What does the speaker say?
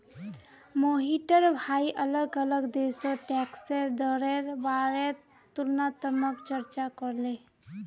मोहिटर भाई अलग अलग देशोत टैक्सेर दरेर बारेत तुलनात्मक चर्चा करले